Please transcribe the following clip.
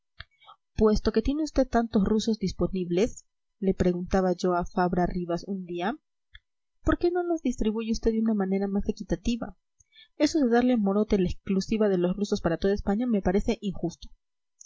puesto que tiene usted tantos rusos disponibles le preguntaba yo a fabra ribas un día por qué no los distribuye usted de una manera más equitativa eso de darle a morote la exclusiva de los rusos para toda españa me parece injusto